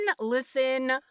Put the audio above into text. listen